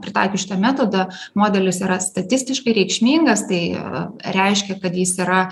pritaikius šitą metodą modelis yra statistiškai reikšmingas tai reiškia kad jis yra